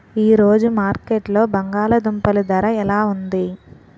ఈ రోజు మార్కెట్లో బంగాళ దుంపలు ధర ఎలా ఉంది?